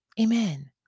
Amen